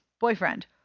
Boyfriend